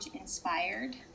inspired